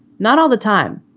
not all the time,